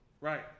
Right